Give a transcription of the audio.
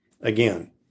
again